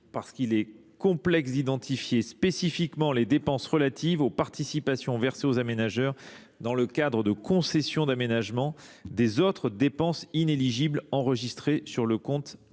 il est complexe de distinguer spécifiquement les dépenses relatives aux participations versées aux aménageurs dans le cadre de concessions d’aménagement des autres dépenses inéligibles enregistrées sur le compte afférent.